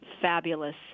fabulous